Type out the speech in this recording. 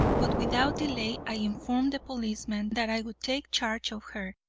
but without delay i informed the policeman that i would take charge of her,